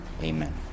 Amen